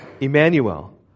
Emmanuel